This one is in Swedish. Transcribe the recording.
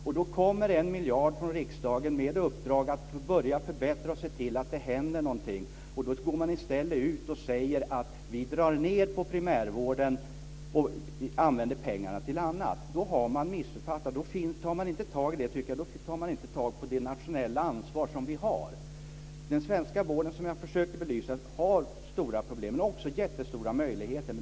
När det nu kommer en miljard från riksdagen med uppdrag att börja förbättra och se till att det händer någonting, går man i stället ut och säger: Vi drar ned på primärvården och använder pengarna till annat. Då har man missuppfattat det hela. Tar vi inte tag i detta, tycker jag inte att vi tar vårt nationella ansvar. Den svenska vården har, som jag försökte belysa, stora problem men också stora möjligheter.